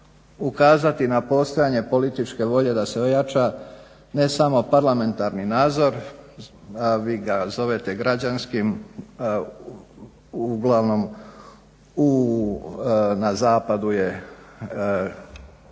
ukazati na postojanje političke volje da se ojača ne samo parlamentarni nadzor, vi ga zovete građanskim, uglavnom na zapadu je